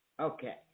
Okay